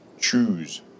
Choose